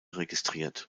registriert